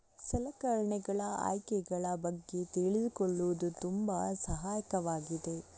ಸಲಕರಣೆಗಳ ಆಯ್ಕೆಗಳ ಬಗ್ಗೆ ತಿಳಿದುಕೊಳ್ಳುವುದು ತುಂಬಾ ಸಹಾಯಕವಾಗಿದೆ